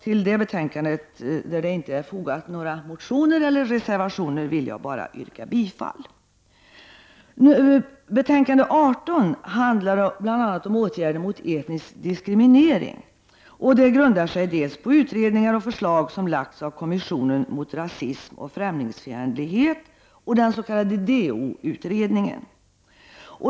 Till det betänkandet har inga motioner eller reservationer fogats, och jag vill här endast yrka bifall till utskottets hemställan. Betänkande 18 handlar bl.a. om åtgärder mot etnisk diskriminering. Det grundar sig dels på utredningar och förslag som lagts fram av kommissionen mot rasism och främlingsfientlighet, dels på den s.k. DO-utredningen.